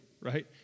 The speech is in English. right